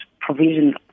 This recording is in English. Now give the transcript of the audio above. provision